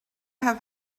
have